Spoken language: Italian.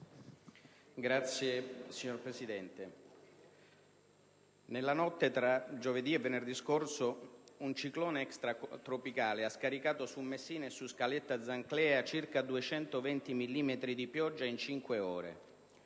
Signor Presidente, nella notte tra giovedì e venerdì scorso un ciclone extratropicale ha scaricato su Messina e su Scaletta Zanclea circa 220 millimetri di pioggia in cinque ore.